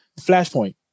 Flashpoint